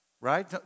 right